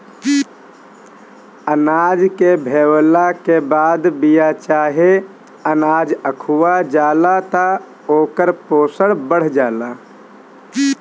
अनाज के भेवला के बाद बिया चाहे अनाज अखुआ जाला त ओकर पोषण बढ़ जाला